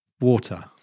water